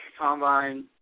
combine